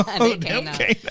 Okay